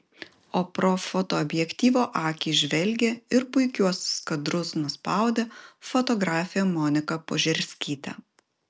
o pro fotoobjektyvo akį žvelgė ir puikiuosius kadrus nuspaudė fotografė monika požerskytė